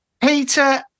Peter